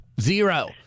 Zero